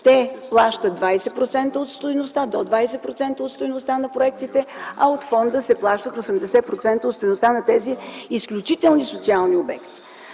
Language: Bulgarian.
Те плащат 20% от стойността, до 20% от стойността на проектите, а от фонда се плащат 80% от стойността на тези изключителни социални обекти.